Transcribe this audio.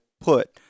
put